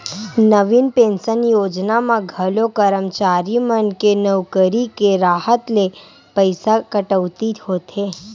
नवीन pension योजना म घलो करमचारी मन के नउकरी के राहत ले पइसा कटउती होथे